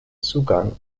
zugang